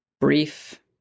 brief